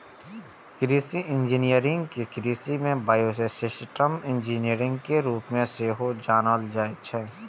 कृषि इंजीनियरिंग कें कृषि आ बायोसिस्टम इंजीनियरिंग के रूप मे सेहो जानल जाइ छै